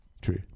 True